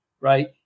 right